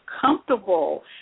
comfortable